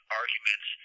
arguments